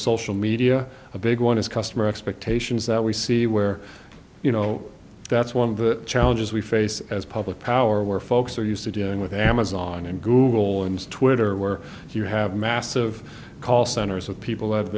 social media a big one is customer expectations that we see where you know that's one of the challenges we face as public power where folks are used to dealing with amazon and google and twitter where you have massive call centers of people ha